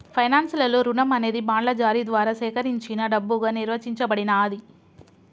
finance లలో రుణం అనేది బాండ్ల జారీ ద్వారా సేకరించిన డబ్బుగా నిర్వచించబడినాది